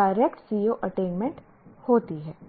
direct CO attainment होती है